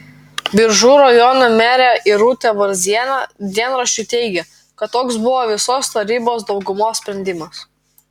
biržų rajono merė irutė varzienė dienraščiui teigė kad toks buvo visos tarybos daugumos sprendimas